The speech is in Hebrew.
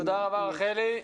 תודה רבה, רחלי.